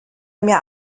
mir